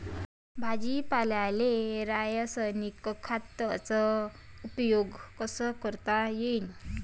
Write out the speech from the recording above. भाजीपाल्याले रासायनिक खतांचा उपयोग कसा करता येईन?